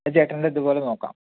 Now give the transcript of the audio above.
ചേട്ടൻറെ ഇതുപോലെ നോക്കാം